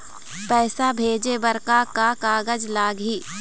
पैसा भेजे बर का का कागज लगही?